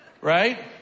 Right